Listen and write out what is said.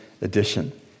edition